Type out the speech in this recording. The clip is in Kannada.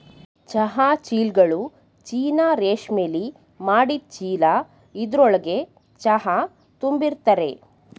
ಚಹಾ ಚೀಲ್ಗಳು ಚೀನಾ ರೇಶ್ಮೆಲಿ ಮಾಡಿದ್ ಚೀಲ ಇದ್ರೊಳ್ಗೆ ಚಹಾ ತುಂಬಿರ್ತರೆ